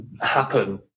happen